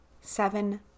seven